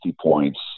points